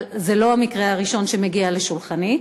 אבל זה לא המקרה הראשון שמגיע לשולחני,